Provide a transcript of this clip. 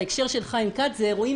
בהקשר של חבר הכנסת חיים כץ זה אירועים